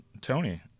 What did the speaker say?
tony